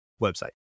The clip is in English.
website